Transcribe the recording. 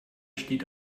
steht